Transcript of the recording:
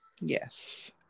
Yes